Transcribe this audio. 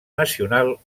nacional